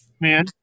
man